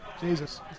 Jesus